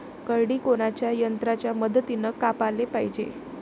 करडी कोनच्या यंत्राच्या मदतीनं कापाले पायजे?